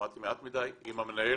שמעתי מעט מדי, עם המנהל